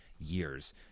years